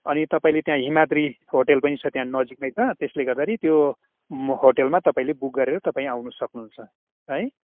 अनि तपाईँले त्याँ हिमाद्री होटेल पनि छ त्यहाँ नजिकमै छ त्यसले गर्दाखेरि त्यो होटेलमा तपाईँले बुक गरेर तपाईँ आउनु सक्नुहुन्छ है